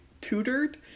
tutored